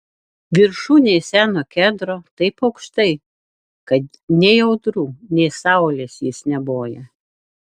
viršūnėj seno kedro taip aukštai kad nei audrų nei saulės jis neboja